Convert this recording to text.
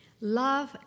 Love